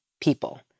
people